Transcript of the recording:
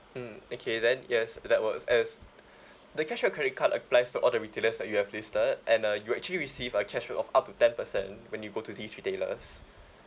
mm okay then yes that was as the cashback credit card applies to all the retailers that you have listed and uh you actually receive a cashback of up to ten percent when you go to these retailers